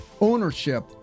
ownership